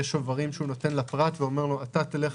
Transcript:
יש שוברים שהוא נותן לפרט ואומר לו: אתה תלמד